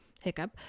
Hiccup